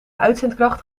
uitzendkracht